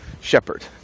shepherd